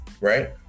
right